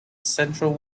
central